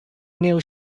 new